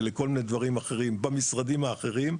ולכל מיני דברים אחרים במשרדים האחרים,